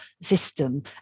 system